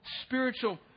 spiritual